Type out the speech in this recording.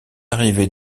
arriver